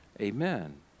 Amen